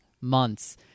months